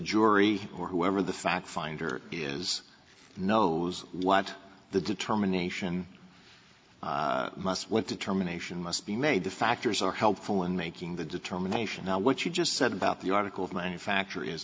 jury or whoever the fact finder is know what the determination must went to terminations must be made the factors are helpful in making the determination now what you just said about the article of manufacture is